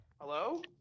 hello